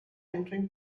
entering